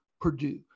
Purdue